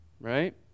right